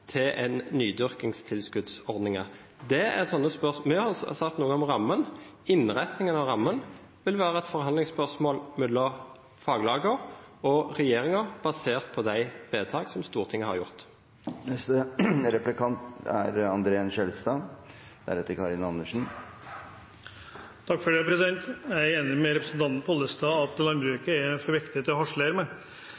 til en nydyrkingstilskuddsordning. Vi har sagt noe om at innretningen av rammen vil være et forhandlingsspørsmål mellom faglagene og regjeringen basert på de vedtak som Stortinget har fattet. Jeg er enig med representanten Pollestad i at landbruket er for viktig til å harselere med. Mangfold var det som var viktig for Venstre i jordbruksforhandlingene, at